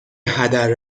هدر